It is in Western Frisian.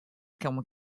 komme